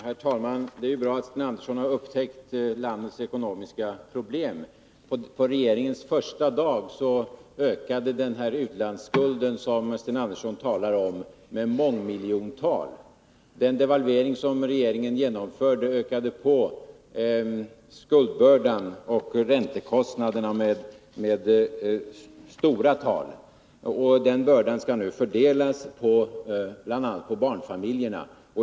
Herr talman! Det är bra att Sten Andersson upptäckt landets ekonomiska problem. På regeringens första dag ökade utlandsskulden med mångmiljontal. Den devalvering regeringen genomförde ökade skuldbördan och räntekostnaderna med stora summor. Denna börda skall nu fördelas på bl.a. barnfamiljerna.